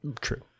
True